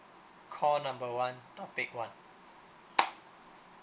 call number one topic one